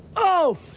oh,